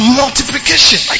multiplication